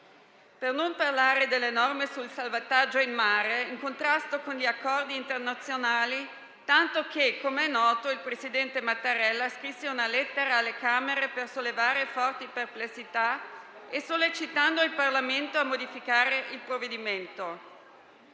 Per non parlare delle norme sul salvataggio in mare, in contrasto con gli accordi internazionali; tanto che - com'è noto - il presidente Mattarella scrisse una lettera alle Camere per sollevare forti perplessità, sollecitando il Parlamento a modificare il provvedimento.